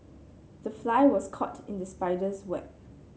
the fly was caught in the spider's web